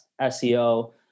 SEO